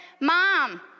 Mom